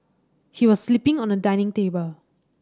he was sleeping on a dining table